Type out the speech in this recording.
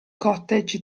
cottage